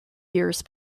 years